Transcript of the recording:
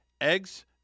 Eggs